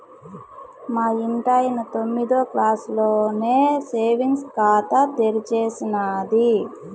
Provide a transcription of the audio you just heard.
మా ఇంటాయన తొమ్మిదో క్లాసులోనే సేవింగ్స్ ఖాతా తెరిచేసినాది